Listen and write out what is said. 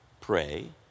pray